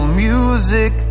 music